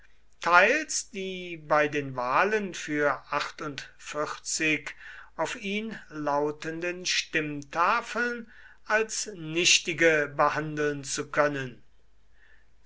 teils die bei den wahlen für auf ihn lautenden stimmtafeln als nichtige behandeln zu können